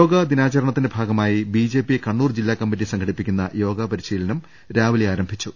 യോഗാദിനത്തിന്റെ ഭാഗമായി ബിജെപി കണ്ണൂർ ജില്ലാ കമ്മറ്റി സംഘടിപ്പിക്കുന്ന യോഗാ പരിശീലനം രാവിലെ ആരം ഭിച്ചു